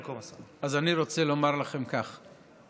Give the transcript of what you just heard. כי הרי מה יגידו במשרד האוצר ובמשרד